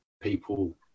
people